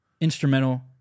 instrumental